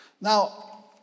Now